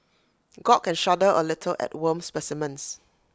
gawk and shudder A little at worm specimens